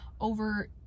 over